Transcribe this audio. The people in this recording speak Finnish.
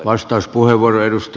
arvoisa puhemies